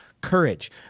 Courage